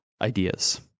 ideas